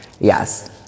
Yes